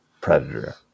predator